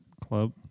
club